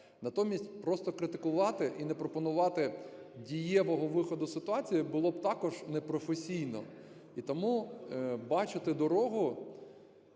Натомість просто критикувати і не пропонувати дієвого виходу з ситуації було б також непрофесійно. І тому бачити дорогу